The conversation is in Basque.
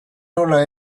nola